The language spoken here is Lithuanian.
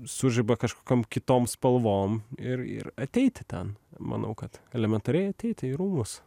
sužiba kažkokiom kitom spalvom ir ir ateiti ten manau kad elementariai ateiti į rūmus